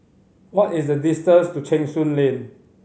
what is the distance to Cheng Soon Lane